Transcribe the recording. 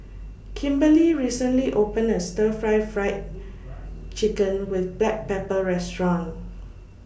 Kimberlie recently opened A Stir Fried Fried Chicken with Black Pepper Restaurant